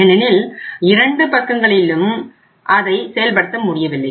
ஏனெனில் இரண்டு பக்கங்களிலும் அதை செயல்படுத்த முடியவில்லை